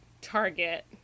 Target